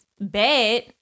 bad